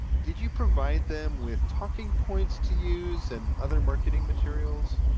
did you provide them with talking points to use and other marketing materials?